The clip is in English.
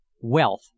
Wealth